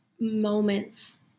moments